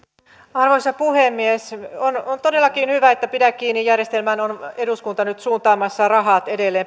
arvoisa puhemies on todellakin hyvä että pidä kiinni järjestelmään päihdeäitien kuntoutukseen on eduskunta nyt suuntaamassa rahat edelleen